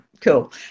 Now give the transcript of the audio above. cool